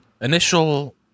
Initial